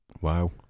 wow